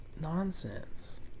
nonsense